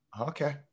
okay